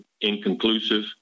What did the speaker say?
inconclusive